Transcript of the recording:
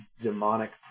Demonic